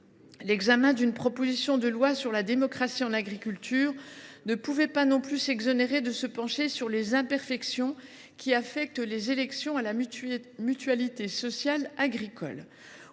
sénateurs, une proposition de loi sur la démocratie en agriculture ne pouvait non plus s’exonérer d’examiner les imperfections qui affectent les élections à la mutualité sociale agricole